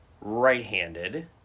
right-handed